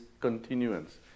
continuance